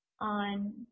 on